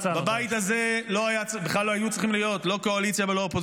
לא להפריע.